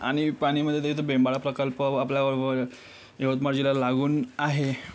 आणि पाणीमध्ये तर् इथे बेंबाळा प्रकल्प व आपला वं यवतमाळ जिल्ह्याला लागून आहे